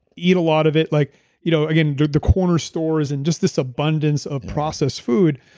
eat a lot of it. like you know again the corner stores and just this abundance of process food,